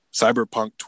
cyberpunk